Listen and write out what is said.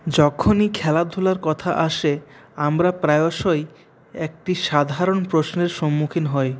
যখনই খেলাধুলার কথা আসে আমরা প্রায়শই একটি সাধারণ প্রশ্নের সম্মুখীন হই